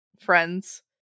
friends